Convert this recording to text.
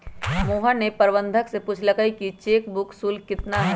मोहन ने प्रबंधक से पूछल कई कि चेक बुक शुल्क कितना हई?